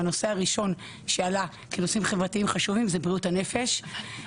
הנושא הראשון שעלה כנושאים חברתיים חשובים זה בריאות הנפש.